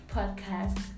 Podcast